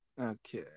okay